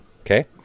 Okay